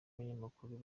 abanyamakuru